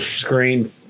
screen